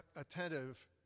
attentive